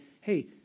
hey